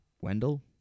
Wendell